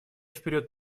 вперед